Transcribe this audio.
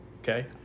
Okay